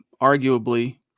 arguably